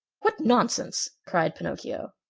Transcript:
what nonsense! cried pinocchio.